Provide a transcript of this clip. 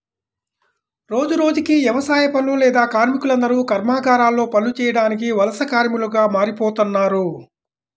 రోజురోజుకీ యవసాయ పనులు లేక కార్మికులందరూ కర్మాగారాల్లో పనులు చేయడానికి వలస కార్మికులుగా మారిపోతన్నారు